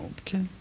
Okay